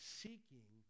seeking